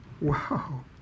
Wow